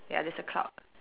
ya there's a cloud